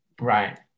Right